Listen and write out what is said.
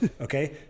okay